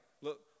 Look